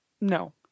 No